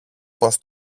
πώς